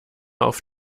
auf